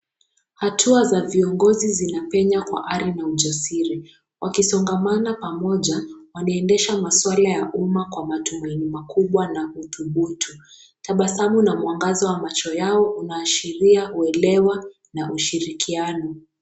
Hatua za viongozi zinapenya kwa ari na ujasiri wakisongamana pamoja, wanaendesha masuala ya umma kwa matumaini makubwa na uthubutu. Tabasamu na mwangaza wa macho yao unaashiria uelewa na ushirikiano.